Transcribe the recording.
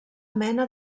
mena